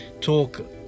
talk